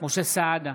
משה סעדה,